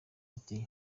ati